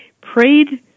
prayed